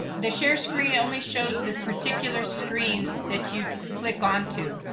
the share screen only shows that particular screen that you click on to.